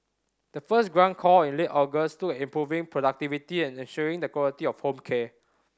the first grant call in late August looked at improving productivity and ensuring the quality of home care